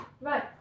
Right